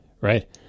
right